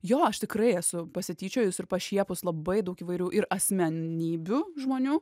jo aš tikrai esu pasityčiojus ir pašiepus labai daug įvairių ir asmenybių žmonių